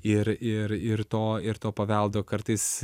ir ir ir to ir to paveldo kartais